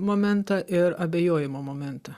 momentą ir abejojimo momentą